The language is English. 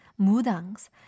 mudangs